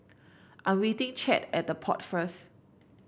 I'm meeting Chadd at The Pod first